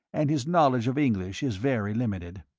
and his knowledge of english is very limited.